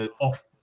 off